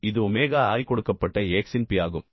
எனவே இது omega i கொடுக்கப்பட்ட x இன் P ஆகும்